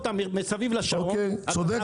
צודק.